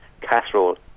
casserole